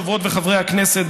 חברות וחברי הכנסת,